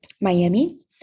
Miami